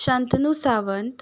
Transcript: Shantanu Sawant